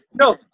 No